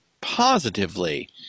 positively